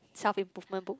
self improvement book